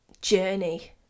journey